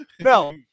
No